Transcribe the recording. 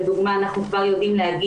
כאשר לדוגמה אנחנו כבר יודעים לומר